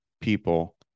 people